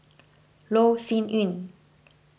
Loh Sin Yun